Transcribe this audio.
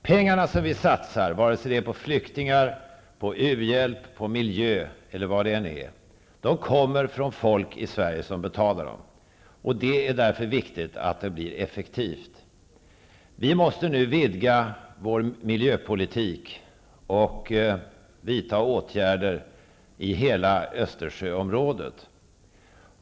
Pengarna som vi satser, vare sig det är på flyktingar, u-hjälp, miljö eller något annat, kommer från folk i Sverige som betalar dem. Det är därför viktigt att detta görs effektivt. Vi måste nu vidga vår miljöpolitik och vidta åtgärder i hela Östersjöområdet.